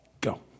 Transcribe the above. go